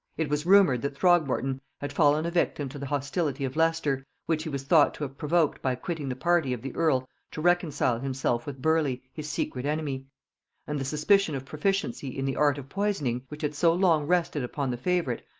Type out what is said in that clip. it was rumored that throgmorton had fallen a victim to the hostility of leicester, which he was thought to have provoked by quitting the party of the earl to reconcile himself with burleigh, his secret enemy and the suspicion of proficiency in the art of poisoning, which had so long rested upon the favorite,